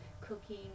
cooking